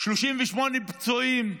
38 פצועים,